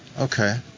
Okay